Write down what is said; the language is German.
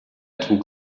trug